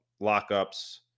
lockups